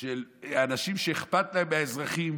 של אנשים שאכפת להם מהאזרחים,